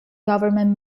government